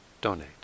donate